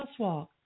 crosswalk